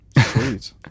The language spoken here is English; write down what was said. Sweet